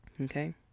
Okay